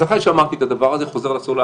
אז אחרי שאמרתי את הדבר הזה, אני חוזר להתחלה.